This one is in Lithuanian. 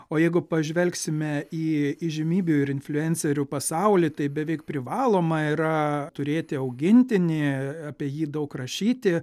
o jeigu pažvelgsime į įžymybių ir infliuencerių pasaulį tai beveik privaloma yra turėti augintinį apie jį daug rašyti